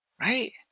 Right